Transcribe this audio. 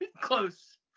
close